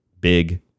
Big